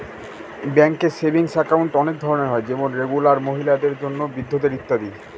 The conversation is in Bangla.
ব্যাঙ্কে সেভিংস একাউন্ট অনেক ধরনের হয় যেমন রেগুলার, মহিলাদের জন্য, বৃদ্ধদের ইত্যাদি